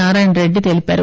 నారాయణరెడ్డి తెలిపారు